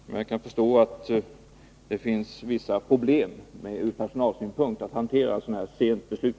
Jag kan dock förstå att det finns vissa problem ur personalsynpunkt att hantera ett sådant här sent beslut.